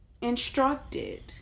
instructed